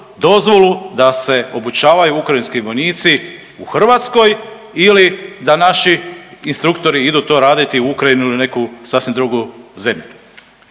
dozvolu da se obučavaju ukrajinski vojnici u Hrvatskoj ili da naši instruktori idu to raditi u Ukrajinu ili neku sasvim drugu zemlju.